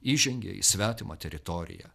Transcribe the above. įžengė į svetimą teritoriją